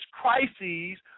crises